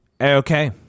Okay